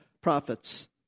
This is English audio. prophets